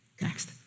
Next